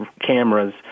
cameras